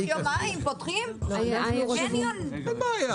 בתוך יומיים פותחים קניון, מוכרים כפכפים לים.